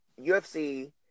UFC